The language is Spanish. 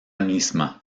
misma